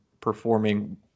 performing